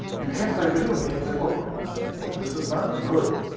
you can't play video games that look like this anymore. this is not good.